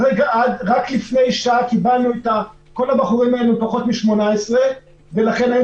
כל הבחורים האלה בני פחות מ-18 ולכן היינו